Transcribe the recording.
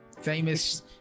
Famous